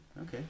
okay